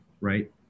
right